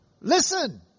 Listen